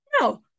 no